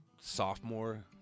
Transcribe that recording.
sophomore